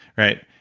right?